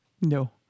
no